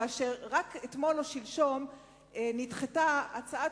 כאשר רק אתמול או שלשום נדחתה הצעת